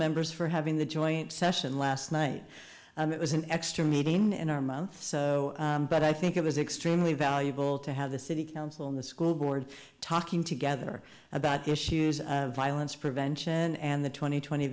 members for having the joint session last night it was an extra meeting in our mouth but i think it was extremely valuable to have the city council on the school board talking together about issues of violence prevention and the twenty twenty